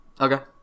Okay